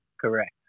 correct